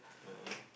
ah